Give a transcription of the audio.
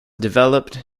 developed